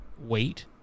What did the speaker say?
wait